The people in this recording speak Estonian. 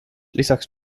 lisaks